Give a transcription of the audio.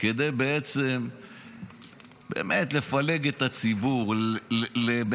כדי בעצם באמת לפלג את הציבור -- זו המטרה שלכם.